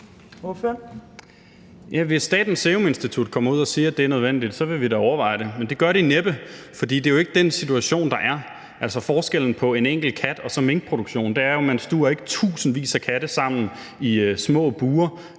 hvis Statens Serum Institut går ud og siger, at det er nødvendigt, så vil vi da overveje det. Men det gør de næppe, for det er jo ikke den situation, der er. Altså, forskellen på en enkelt kat og en minkproduktion er jo, at man ikke stuver tusindvis af katte sammen i små bure